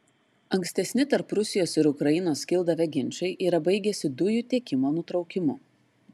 ankstesni tarp rusijos ir ukrainos kildavę ginčai yra baigęsi dujų tiekimo nutraukimu